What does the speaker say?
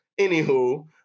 Anywho